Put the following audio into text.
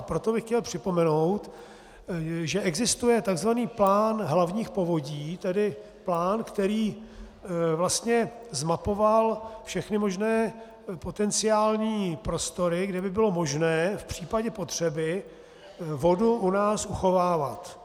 Proto bych chtěl připomenout, že existuje takzvaný plán hlavních povodí, tedy plán, který vlastně zmapoval všechny možné potenciální prostory, kde by bylo možné v případě potřeby vodu u nás uchovávat.